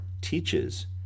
teaches